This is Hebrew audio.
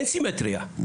אין סימטריה.